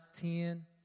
ten